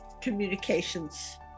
communications